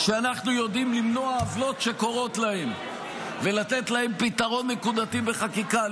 שאנחנו יודעים למנוע עוולות שקורות להם ולתת להם פתרון נקודתי בחקיקה.